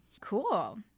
Cool